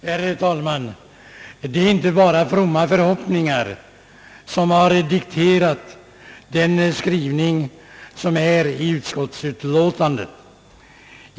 Herr talman! Det är inte bara fromma förhoppningar som dikterat utskottets skrivning.